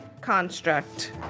construct